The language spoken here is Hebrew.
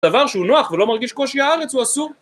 דבר שהוא נוח ולא מרגיש קושי הארץ הוא אסור